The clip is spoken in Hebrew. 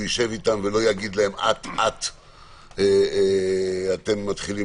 הוא יישב אתם ולא יגיד להם אט-אט אתם מתחילים